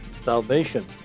Salvation